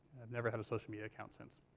i've never had a social media account since.